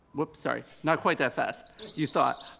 whoops, sorry, not quite that fast you thought.